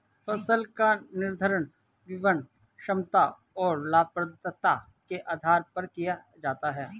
फसल का निर्धारण विपणन क्षमता और लाभप्रदता के आधार पर किया जाता है